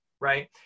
right